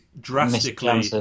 drastically